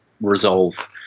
resolve